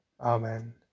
Amen